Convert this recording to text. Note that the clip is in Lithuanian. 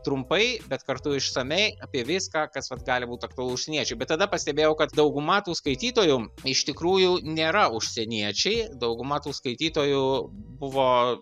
trumpai bet kartu išsamiai apie viską kas vat gali būt aktualu užsieniečiui bet tada pastebėjau kad dauguma tų skaitytojų iš tikrųjų nėra užsieniečiai dauguma tų skaitytojų buvo